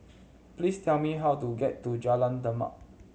please tell me how to get to Jalan Demak